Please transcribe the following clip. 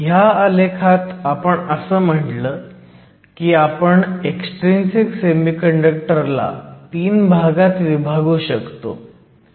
ह्या आलेखात आपण असं म्हणलं की आपण एक्सट्रिंसिक सेमीकंडक्टर ला 3 भागात विभागू शकतो